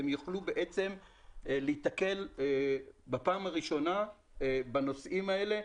והם יוכלו להיתקל בפעם הראשונה בנושאים האלה,